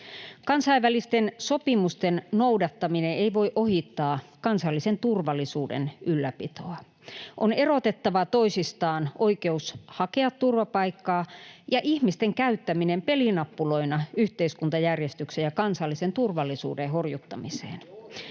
Kansainvälisten sopimusten noudattaminen ei voi ohittaa kansallisen turvallisuuden ylläpitoa. On erotettava toisistaan oikeus hakea turvapaikkaa ja ihmisten käyttäminen pelinappuloina yhteiskuntajärjestyksen ja kansallisen turvallisuuden horjuttamiseen.